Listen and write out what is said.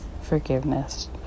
forgiveness